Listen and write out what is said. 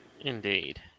Indeed